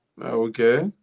okay